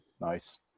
Nice